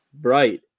Right